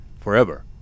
forever